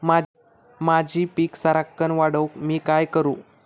माझी पीक सराक्कन वाढूक मी काय करू?